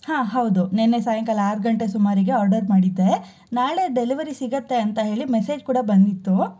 ಹಾಂ ಹೌದು ನೆನ್ನೆ ಸಾಯಂಕಾಲ ಆರು ಗಂಟೆ ಸುಮಾರಿಗೆ ಆರ್ಡರ್ ಮಾಡಿದ್ದೆ ನಾಳೆ ಡೆಲಿವರಿ ಸಿಗತ್ತೆ ಅಂತ ಹೇಳಿ ಮೆಸೇಜ್ ಕೂಡ ಬಂದಿತ್ತು